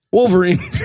Wolverine